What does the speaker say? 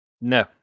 No